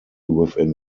within